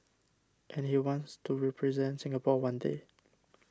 and he wants to represent Singapore one day